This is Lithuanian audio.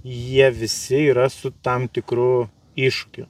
jie visi yra su tam tikru iššūkiu